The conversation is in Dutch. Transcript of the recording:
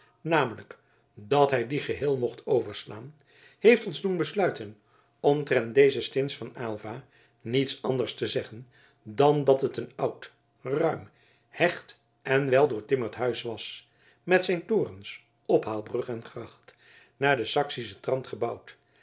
namelijk dat hij die geheel mocht overslaan heeft ons doen besluiten omtrent deze stins van aylva niets anders te zeggen dan dat het een oud ruim hecht en weldoortimmerd huis was met zijn torens ophaalbrug en gracht naar den saksischen trant gebouwd